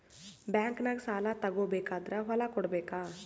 ಬ್ಯಾಂಕ್ನಾಗ ಸಾಲ ತಗೋ ಬೇಕಾದ್ರ್ ಹೊಲ ಕೊಡಬೇಕಾ?